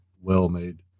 well-made